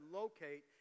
locate